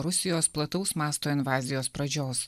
rusijos plataus masto invazijos pradžios